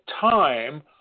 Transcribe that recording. time